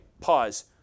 pause